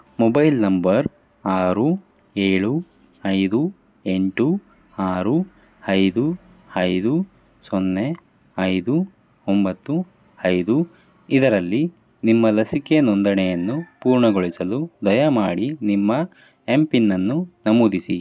mobile number ಆರು ಏಳು ಐದು ಎಂಟು ಆರು ಐದು ಐದು ಸೊನ್ನೆ ಐದು ಒಂಬತ್ತು ಐದು ಇದರಲ್ಲಿ ನಿಮ್ಮ ಲಸಿಕೆ ನೋಂದಣೆಯನ್ನು ಪೂರ್ಣಗೊಳಿಸಲು ದಯಮಾಡಿ ನಿಮ್ಮ ಎಂ ಪಿನ್ನನ್ನು ನಮೂದಿಸಿ